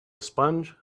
sponge